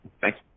Thanks